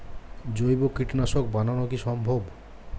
জৈব কীটনাশক বানানো কি সম্ভব?